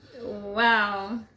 Wow